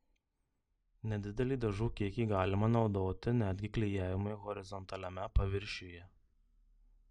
nedidelį dažų kiekį galima naudoti netgi klijavimui horizontaliame paviršiuje